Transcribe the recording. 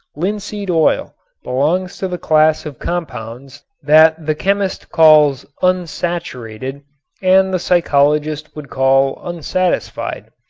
linseed oil belongs to the class of compounds that the chemist calls unsaturated and the psychologist would call unsatisfied.